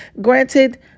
Granted